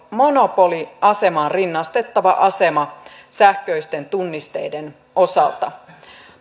monopoliasemaan rinnastettava asema sähköisten tunnisteiden osalta